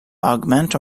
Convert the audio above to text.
augment